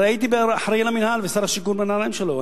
הרי הייתי אחראי למינהל ושר השיכון, בנעליים שלו.